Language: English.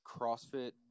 CrossFit